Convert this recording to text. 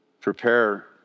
prepare